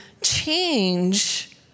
change